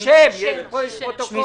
שמי ישראל דיסקינד,